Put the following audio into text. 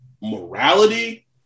morality